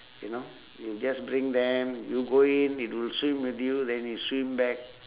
you know you just bring them you go in it will swim with you then it swim back